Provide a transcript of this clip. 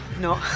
no